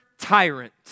tyrant